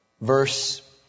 Verse